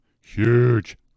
huge